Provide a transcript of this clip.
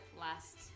last